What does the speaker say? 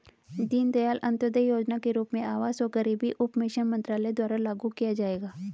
दीनदयाल अंत्योदय योजना के रूप में आवास और गरीबी उपशमन मंत्रालय द्वारा लागू किया जाएगा